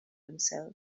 himself